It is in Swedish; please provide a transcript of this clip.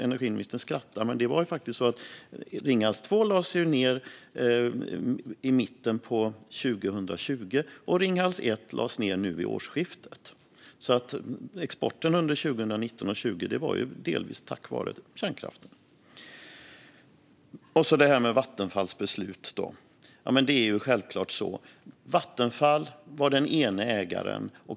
Energiministern skrattar; men Ringhals 2 lades ned i mitten av 2020, och Ringhals 1 lades ned nu vid årsskiftet. Exporten under 2019 och 2020 var alltså delvis tack vare kärnkraften. I fråga om Vattenfalls beslut är det självklart. Vattenfall var den ene ägaren.